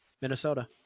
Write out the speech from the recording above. Minnesota